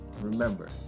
Remember